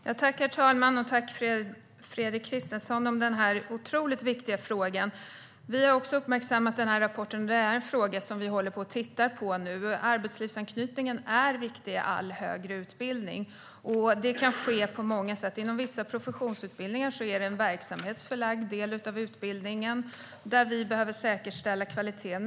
Herr talman! Tack, Fredrik Christensson, för denna otroligt viktiga fråga. Vi har också uppmärksammat rapporten. Det är en fråga som vi nu håller på att titta på. Arbetslivsanknytningen är viktig i all högre utbildning. Det kan ske på många sätt. Inom vissa professionsutbildningar är det en verksamhetsförlagd del av utbildningen. Där behöver vi säkerställa kvaliteten.